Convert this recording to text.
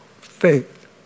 faith